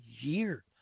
year